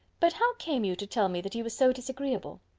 but how came you to tell me that he was so disagreeable?